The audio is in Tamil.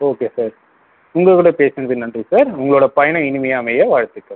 ஓகே சார் உங்களோட பேசுனது நன்றி சார் உங்களோட பயணம் இனிமையா அமைய வாழ்த்துக்கள்